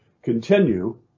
continue